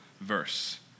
verse